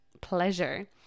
pleasure